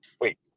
Wait